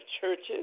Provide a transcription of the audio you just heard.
churches